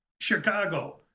Chicago